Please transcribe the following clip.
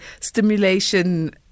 stimulation